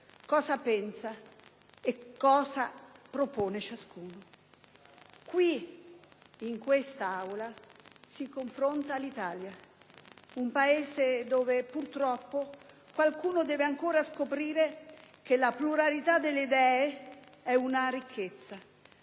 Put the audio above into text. cosa pensa e propone ciascuno. Qui, in quest'Aula, si confronta l'Italia, un Paese dove purtroppo qualcuno deve ancora scoprire che la pluralità delle idee è una ricchezza,